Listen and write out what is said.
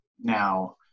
now